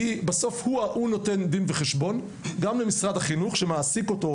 כי בסוף הוא נותן דין וחשבון גם למשרד החינוך שמעסיק אותו,